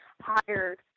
hired